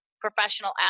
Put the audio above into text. professional